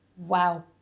Wow